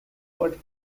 what